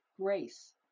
grace